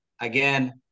again